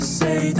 say